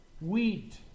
wheat